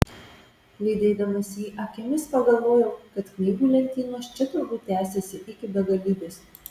lydėdamas jį akimis pagalvojau kad knygų lentynos čia turbūt tęsiasi iki begalybės